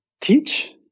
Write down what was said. teach